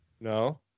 No